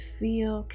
feel